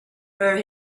where